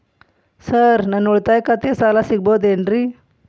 Sir ನನ್ನ ಉಳಿತಾಯ ಖಾತೆಯ ಸಾಲ ಸಿಗಬಹುದೇನ್ರಿ?